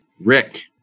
Rick